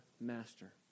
master